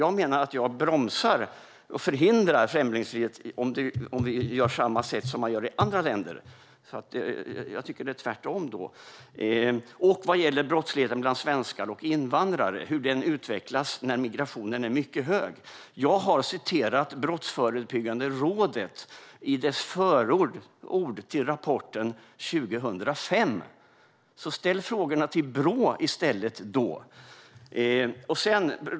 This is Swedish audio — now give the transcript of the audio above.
Jag menar att vi bromsar och förhindrar främlingsfientlighet om vi gör på samma sätt som man gör i andra länder. Jag tycker alltså att det är tvärtom. Sedan gäller det brottsligheten bland svenskar och invandrare och hur den utvecklas när migrationen är mycket stor. Jag har citerat Brottsförebyggande rådets förord i rapporten från 2005. Ställ frågorna till Brå i stället!